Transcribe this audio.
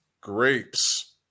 Grapes